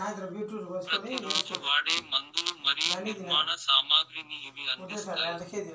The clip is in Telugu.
ప్రతి రోజు వాడే మందులు మరియు నిర్మాణ సామాగ్రిని ఇవి అందిస్తాయి